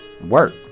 Work